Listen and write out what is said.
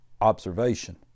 observation